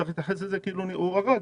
צריך להתייחס לזה כאילו הוא הרג.